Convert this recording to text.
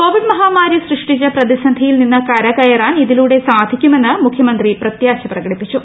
Covid മഹാമാരി സൃഷ്ടിച്ച പ്രതിസന്ധിയിൽ നിന്ന് കര കയറാൻ ഇതിലൂടെ സാധിക്കുമെന്ന് മുഖ്യമന്ത്രി പ്രത്യാശ പ്രകടിപ്പിച്ചു